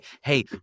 hey